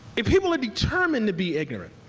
if people are determined to be ignorant,